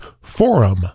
forum